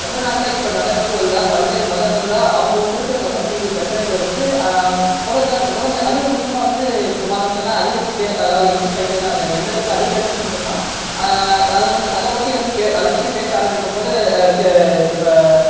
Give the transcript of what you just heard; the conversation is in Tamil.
தமிழ்நாட்டில் இப்போ நடைமுறையில் உள்ள பல்வேறு மதங்களில் அவங்களுக்கு இருக்கிற சமூக நீதி பிரச்சினைகள வந்து குறைந்த குறைந்த அதிகபட்சமாக வந்து இப்போது பார்த்தோம்னு சொன்னால் அதிகரிச்சுட்டு அதாவது இன்க்கிரீஸ் ஆகிட்டேதான் எந்தளவுக்கு அதிகரிச்சுருக்குதுனு சொன்னால் அதை வந்து அதை பற்றி வந்து பே அதை பற்றி பேச ஆரம்பிக்கும்போது கே இப்போ